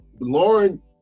Lauren